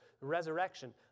resurrection